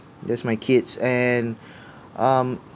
there's my kids and um